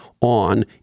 on